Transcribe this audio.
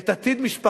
את עתיד משפחתו